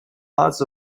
hearts